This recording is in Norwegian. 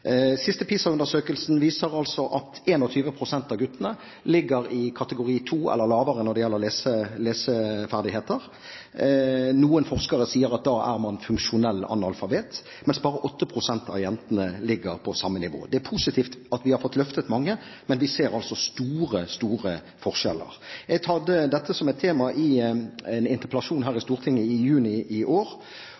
Siste PISA-undersøkelsen viser altså at 21 pst. av guttene ligger i kategori 2 eller lavere når det gjelder leseferdigheter – noen forskere sier at da er man funksjonell analfabet – mens bare 8 pst. av jentene ligger på samme nivå. Det er positivt at vi har fått løftet mange, men vi ser altså store, store forskjeller. Jeg hadde dette som et tema i en interpellasjon her i